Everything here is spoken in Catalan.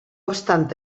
obstant